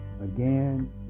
Again